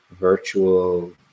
virtual